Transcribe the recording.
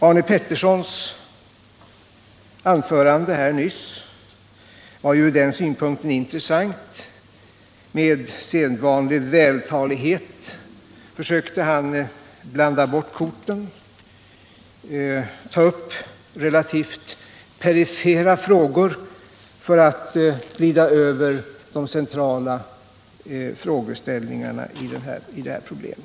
Arne Petterssons anförande nyss var från den synpunkten intressant. Med sedvanlig vältalighet försökte han blanda bort korten och ta upp relativt perifera frågor för att glida över de centrala frågeställningarna i detta problem.